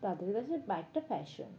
তাদের কাছে বাইকটা প্যাশান